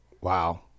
Wow